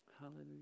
Hallelujah